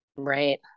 Right